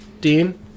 Dean